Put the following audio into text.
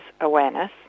Awareness